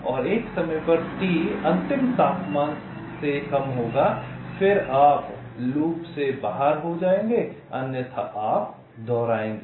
तो एक समय पर T अंतिम तापमान से कम होगा फिर आप लूप से बाहर हो जाएंगे अन्यथा आप दोहराएंगे